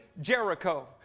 Jericho